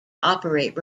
operate